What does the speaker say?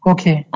Okay